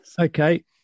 okay